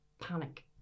panic